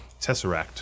Tesseract